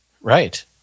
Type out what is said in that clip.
Right